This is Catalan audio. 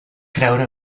creure